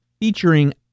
featuring